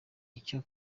icyo